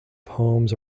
poems